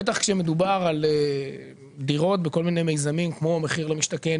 בטח שכשמדובר על דירות בכל מיני מיזמים כמו "מחיר למשתכן",